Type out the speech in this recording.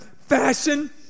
Fashion